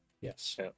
yes